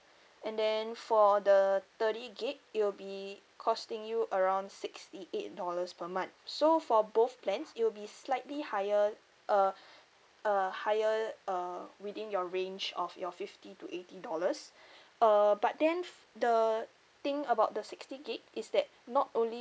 and then for the thirty gig it'll be costing you around sixty eight dollars per month so for both plans it'll slightly higher uh uh higher uh within your range of your fifty to eighty dollars uh but then the thing about the sixty gig is that not only